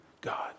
God